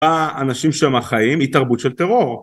האנשים שמה חיים היא תרבות של טרור.